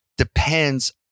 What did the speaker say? depends